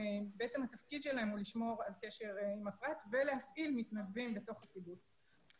והתפקיד שלהם הוא לשמור על קשר עם הפרט ולהפעיל מתנדבים בתוך הקיבוץ.